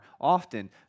often